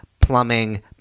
plumbing